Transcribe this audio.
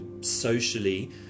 socially